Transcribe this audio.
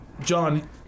John